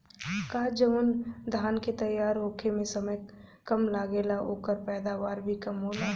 का जवन धान के तैयार होखे में समय कम लागेला ओकर पैदवार भी कम होला?